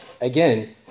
Again